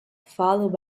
followed